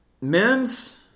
Men's